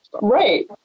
Right